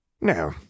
No